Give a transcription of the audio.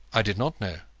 i did not know,